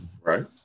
right